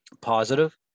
positive